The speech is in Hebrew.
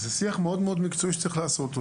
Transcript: זה שיח מאוד מקצועי שצריך לעשות אותו.